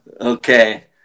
Okay